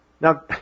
Now